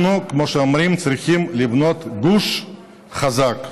אנחנו, כמו שאומרים, צריכים לבנות גוש חזק.